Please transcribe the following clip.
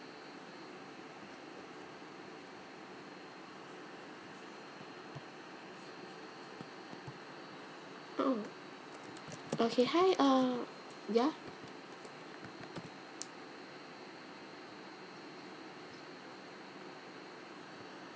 oh okay hi uh ya